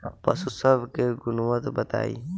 पशु सब के गुणवत्ता बताई?